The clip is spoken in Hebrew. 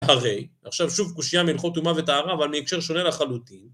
הרי, עכשיו שוב קושייה מהלכות טומעה וטהרה, אבל מהקשר שונה לחלוטין.